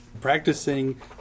practicing